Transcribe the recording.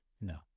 No